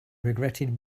regretted